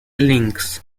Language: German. links